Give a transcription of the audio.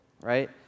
Right